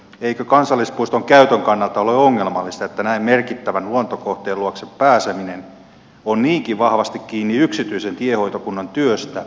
eikö kansallispuiston käytön kannalta ole ongelmallista että näin merkittävän luontokohteen luokse pääseminen on niinkin vahvasti kiinni yksityisen tienhoitokunnan työstä